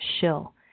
shill